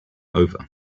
over